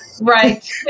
Right